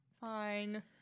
Fine